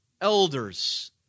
elders